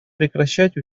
прекращать